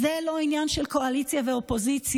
זה לא עניין של קואליציה ואופוזיציה,